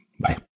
Bye